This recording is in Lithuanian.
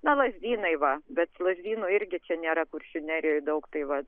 na lazdynai va bet lazdynų irgi čia nėra kuršių nerijoje daug tai va